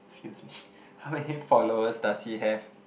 excuse me how many followers does he have